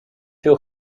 veel